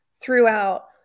throughout